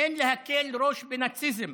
אין להקל ראש בנאציזם.